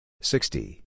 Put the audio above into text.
sixty